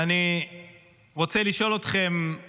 ואני רוצה לשאול אתכם לגבי